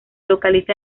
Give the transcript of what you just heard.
localiza